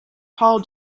paul